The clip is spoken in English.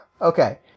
Okay